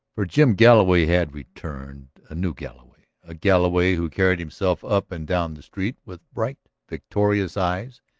for jim galloway had returned, a new galloway, a galloway who carried himself up and down the street with bright, victorious eyes,